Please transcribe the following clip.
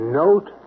note